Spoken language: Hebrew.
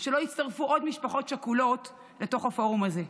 שלא יצטרפו עוד משפחות שכולות לתוך הפורום הזה.